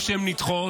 או שהן נדחות,